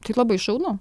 tai labai šaunu